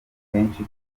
kenshi